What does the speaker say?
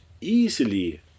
easily